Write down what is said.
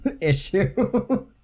issue